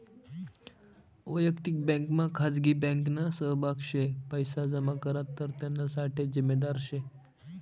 वयक्तिक बँकमा खाजगी बँकना सहभाग शे पैसा जमा करात तर त्याना साठे जिम्मेदार शे